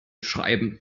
schreiben